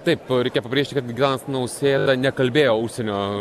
taip reikia pabrėžti kad gitanas nausėda nekalbėjo užsienio